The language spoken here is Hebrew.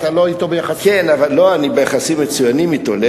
אתה לא ביחסים אתו?